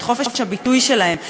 את חופש הביטוי שלהם.